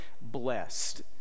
blessed